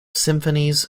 symphonies